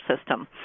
system